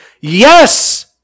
Yes